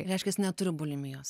reiškias neturi bulimijos